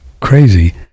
crazy